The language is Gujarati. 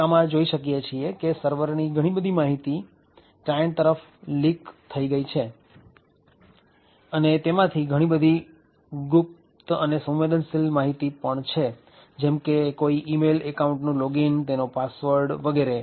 આપણે આમાં જોઈ શકીએ છીએ કે સર્વરની ઘણી બધી માહિતી ક્લાયન્ટ તરફ લીક થઈ ગઈ છે અને તેમાંથી ઘણી બધી ખુબ ગુપ્ત અને સંવેદનશીલ માહિતી પણ છે જેમ કે કોઈ મેઈલ એકાઉન્ટનું લોગીન તેનો પાસવર્ડ વગેરે